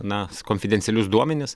na konfidencialius duomenis